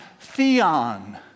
theon